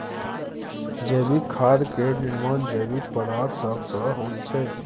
जैविक खाद केर निर्माण जैविक पदार्थ सब सँ होइ छै